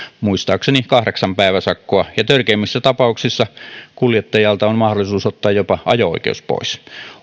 muistaakseni kahdeksan päiväsakkoa ja törkeimmissä tapauksissa kuljettajalta on mahdollisuus ottaa jopa ajo oikeus pois